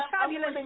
fabulous